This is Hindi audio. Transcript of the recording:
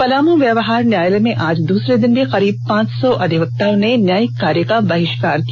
पलामू व्यवहार न्यायालय में आज दूसरे दिन भी करीब पांच सौ अधिवक्ताओं ने न्यायिक कार्य का बहिष्कार किया